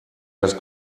das